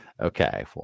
Okay